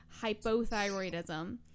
hypothyroidism